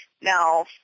Now –